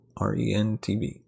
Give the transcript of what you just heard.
REN-TV